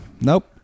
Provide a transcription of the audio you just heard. nope